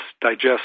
digest